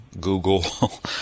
Google